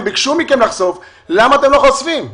הם ביקוש מכם לחשוף ולמה אתם לא חושפים?